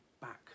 back